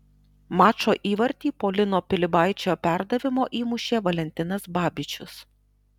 mačo įvartį po lino pilibaičio perdavimo įmušė valentinas babičius